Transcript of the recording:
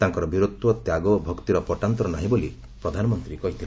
ତାଙ୍କର ବୀରତ୍ୱ ତ୍ୟାଗ ଓ ଭକ୍ତିର ପଟାନ୍ତର ନାହିଁ ବୋଲି ପ୍ରଧାନମନ୍ତ୍ରୀ କହିଥିଲେ